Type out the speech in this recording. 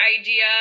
idea